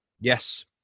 Yes